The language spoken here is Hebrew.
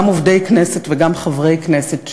גם עובדי כנסת וגם חברי כנסת,